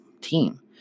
team